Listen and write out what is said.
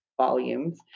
volumes